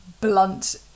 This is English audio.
blunt